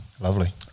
Lovely